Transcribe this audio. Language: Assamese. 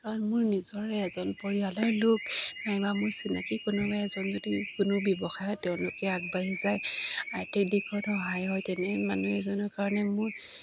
কাৰণ মোৰ নিজৰে এজন পৰিয়ালৰ লোক নাইবা মোৰ চিনাকি কোনোবা এজন যদি কোনো ব্যৱসায় তেওঁলোকে আগবাঢ়ি যায় আৰ্থিক দিশত সহায় হয় তেনে মানুহ এজনৰ কাৰণে মোৰ